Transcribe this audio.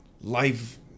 life